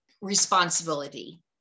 responsibility